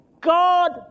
God